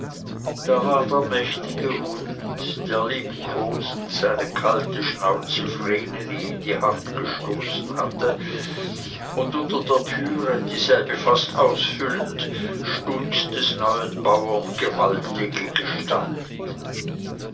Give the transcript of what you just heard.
da war der mächtige hund der liebkosend seine kalte schnauze vreneli in die hand gestoßen hatte und unter der türe dieselbe fast ausfüllend stund des neuen bauern gewaltige gestalt